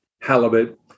halibut